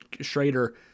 Schrader